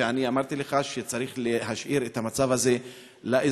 ואני אמרתי לך שצריך להשאיר את המצב הזה לאזרחים.